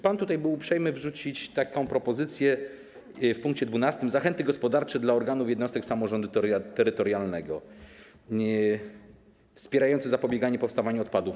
Pan był uprzejmy wrzucić taką propozycję w pkt 12: zachęty gospodarcze dla organów jednostek samorządu terytorialnego wspierające zapobieganie powstawania odpadów.